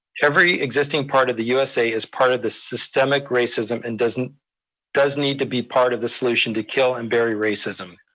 every existing part of the u s a is part of the systemic racism and does and does need to be part of the solution to kill and bury racism.